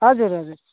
हजुर हजुर